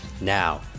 Now